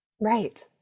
Right